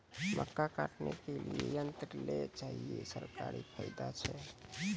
मक्का काटने के लिए यंत्र लेल चाहिए सरकारी फायदा छ?